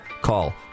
Call